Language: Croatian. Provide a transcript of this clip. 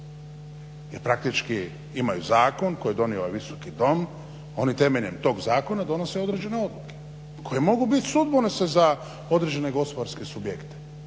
Jer praktički imaju zakon koji je donio ovaj Visoki dom. Oni temeljem tog zakona donose određene odluke koje mogu bit sudbonosne za određene gospodarske subjekte.